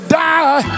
die